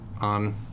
on